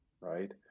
Right